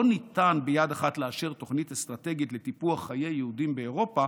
לא ניתן לאשר ביד אחת תוכנית אסטרטגית לטיפוח חיי יהודים באירופה